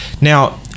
Now